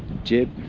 jib,